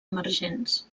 emergents